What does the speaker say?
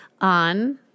on